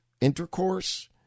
intercourse